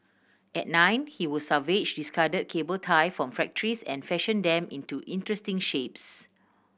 at nine he would salvage discard cable tie from factories and fashion them into interesting shapes